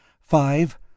Five